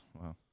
Wow